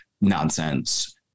nonsense